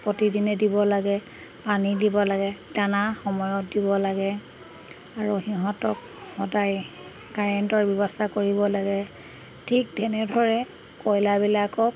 প্ৰতিদিনে দিব লাগে পানী দিব লাগে দানা সময়ত দিব লাগে আৰু সিহঁতক সদায় কাৰেণ্টৰ ব্যৱস্থা কৰিব লাগে ঠিক তেনেদৰে কয়লাৰবিলাকক